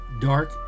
dark